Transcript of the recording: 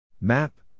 Map